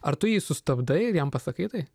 ar tu jį sustabdai ir jam pasakai tai